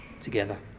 together